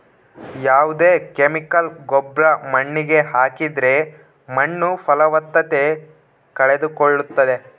ಯಾವ್ದೇ ಕೆಮಿಕಲ್ ಗೊಬ್ರ ಮಣ್ಣಿಗೆ ಹಾಕಿದ್ರೆ ಮಣ್ಣು ಫಲವತ್ತತೆ ಕಳೆದುಕೊಳ್ಳುತ್ತದೆ